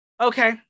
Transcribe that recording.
okay